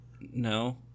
No